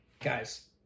guys